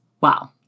wow